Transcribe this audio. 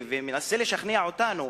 ומנסה לשכנע אותנו,